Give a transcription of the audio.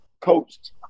coached